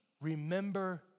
remember